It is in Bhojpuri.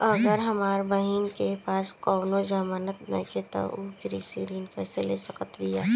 अगर हमार बहिन के पास कउनों जमानत नइखें त उ कृषि ऋण कइसे ले सकत बिया?